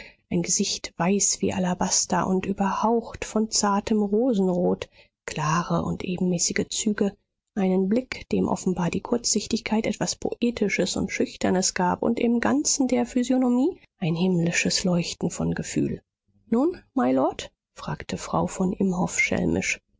ein gesicht weiß wie alabaster und überhaucht von zartem rosenrot klare und ebenmäßige züge einen blick dem offenbar die kurzsichtigkeit etwas poetisches und schüchternes gab und im ganzen der physiognomie ein himmlisches leuchten von gefühl nun mylord fragte frau von